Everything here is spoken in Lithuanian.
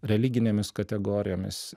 religinėmis kategorijomis